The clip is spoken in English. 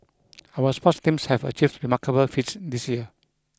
our sports teams have achieved remarkable feats this year